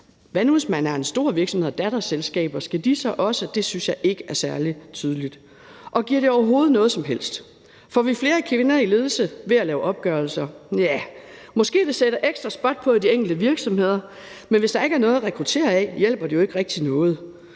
Hvad nu, hvis man er en stor virksomhed med datterselskaber, skal de så også? Det synes jeg ikke er særlig tydeligt. Og giver det overhovedet noget som helst? Får vi flere kvinder i ledelse ved at lave opgørelser? Nja, måske sætter det ekstra spot på i de enkelte virksomheder, men hvis der ikke er nogen at rekruttere af, hjælper det jo ikke rigtig noget.